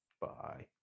Bye